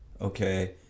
Okay